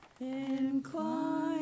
Incline